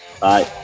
bye